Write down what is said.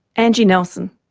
angie nelson.